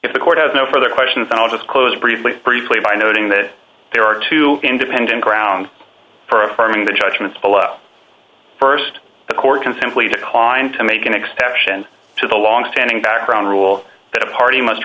if the court has no further questions then i'll just close briefly briefly by noting that there are two independent grounds for affirming the judgments below st the court can simply decline to make an exception to the longstanding back ground rule that a party must